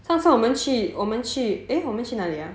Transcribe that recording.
上次我们去我们去 eh 我们去哪里 ah